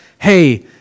hey